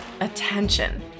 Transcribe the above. attention